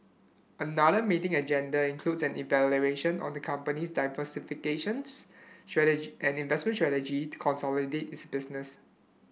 another meeting agenda includes an evaluation on the company's diversification and investment strategy to consolidate its business